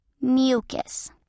mucus